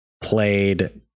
played